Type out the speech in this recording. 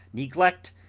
neglect,